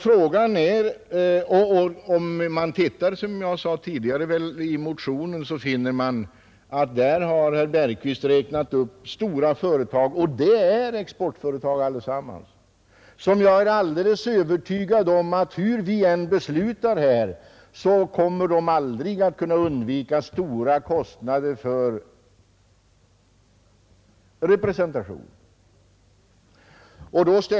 Vid läsningen av denna motion finner man att herr Bergqvist där räknat upp ett flertal stora företag som, hur vi än beslutar här, aldrig kan komma ifrån stora kostnader för representation. Jag är övertygad om det.